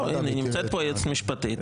לא, נמצאת פה היועצת המשפטית.